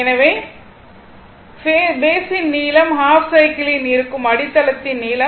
எனவே பேஸ் ன் நீளம் ஹாஃப் சைக்கிளில் இருக்கும் அடித்தளத்தின் நீளம்